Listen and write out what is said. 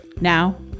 Now